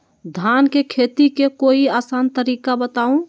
धान के खेती के कोई आसान तरिका बताउ?